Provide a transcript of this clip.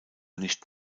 nicht